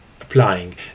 applying